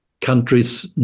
countries